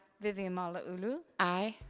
vivian malauulu? aye.